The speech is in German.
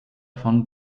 von